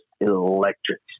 electric